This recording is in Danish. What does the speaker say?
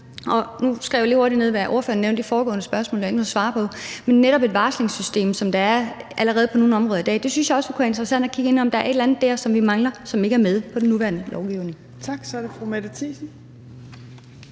Og nu skrev jeg lige hurtigt ned, hvad ordføreren nævnte i foregående spørgsmål, og netop et varslingssystem, som der allerede er på nogle områder i dag, synes jeg også kunne være interessant at kigge ind i, altså om der er et eller andet der, som vi mangler, men som ikke er med i den nuværende lovgivning.